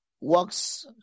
works